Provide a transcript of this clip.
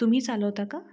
तुम्ही चालवता का